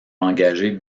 engager